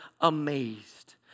amazed